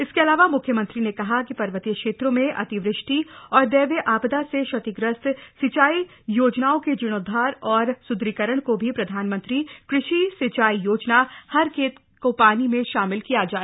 इसका अलावा म्ख्यमंत्री न कहा कि पर्वतीय क्षाब्रों में अतिवृष्टि व दैवीय आपदा स क्षतिग्रस्त सिंचाई योजनाओं क जीर्णोद्धार और स्दृढ़ीकरण को भी प्रधानमंत्री कृषि सिंचाई योजना हर खप्त को पानी में शामिल किया जाए